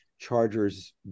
chargers